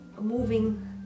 moving